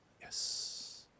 Yes